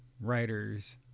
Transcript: writers